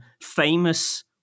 famous